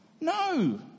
no